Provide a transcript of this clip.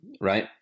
right